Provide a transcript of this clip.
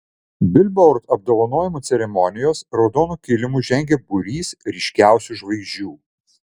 bilbord apdovanojimų ceremonijos raudonu kilimu žengė būrys ryškiausių žvaigždžių